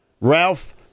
Ralph